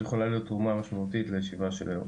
יכולה להיות תרומה משמעותית לישיבה של היום.